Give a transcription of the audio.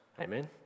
amen